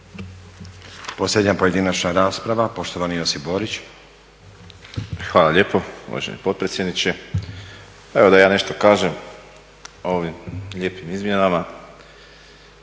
Posljednja pojedinačna rasprava poštovani Josip Borić. **Borić, Josip (HDZ)** Hvala lijepo uvaženi potpredsjedniče. Evo da ja nešto kažem o ovim lijepim izmjenama.